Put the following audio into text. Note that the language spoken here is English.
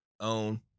own